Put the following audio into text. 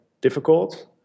difficult